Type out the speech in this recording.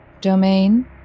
domain